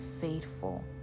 faithful